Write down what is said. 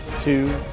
two